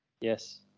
Yes